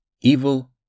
evil